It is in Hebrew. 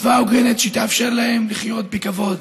קצבה הוגנת שתאפשר להם לחיות בכבוד.